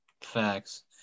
Facts